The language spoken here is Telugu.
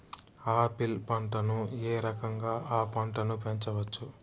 ఆపిల్ పంటను ఏ రకంగా అ పంట ను పెంచవచ్చు?